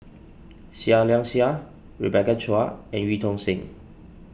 Seah Liang Seah Rebecca Chua and Eu Tong Sen